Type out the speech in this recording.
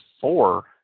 four